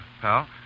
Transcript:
pal